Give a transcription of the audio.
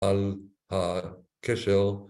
‫על הקשר.